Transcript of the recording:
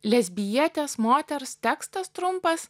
lesbietės moters tekstas trumpas